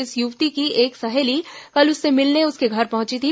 इस युवती की एक सहेली कल उससे मिलने उसके घर पहुंची थी